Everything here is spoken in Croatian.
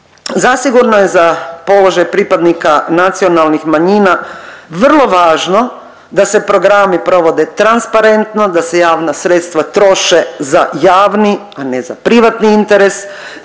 Zasigurno je za položaj pripadnika nacionalnih manjina vrlo važno da se programi provode transparentno, da se javna sredstva troše za javni, a ne za privatni interes,